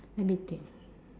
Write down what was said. let me think